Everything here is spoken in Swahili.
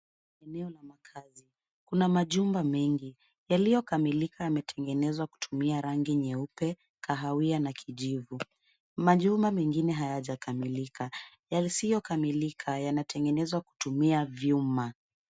Kuna majumba mengi yaliyokamilika yametengenezwa kutumia rangi nyeupe, kahawia na kijivu. Majumba mengine hayajakamilika. Yasiyokamilika yanatengenezwa kutumia vyuma.